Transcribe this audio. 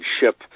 ship